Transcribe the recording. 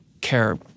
care—